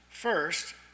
First